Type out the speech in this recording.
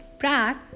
brat